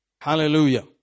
Hallelujah